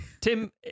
Tim